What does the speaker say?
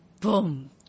boom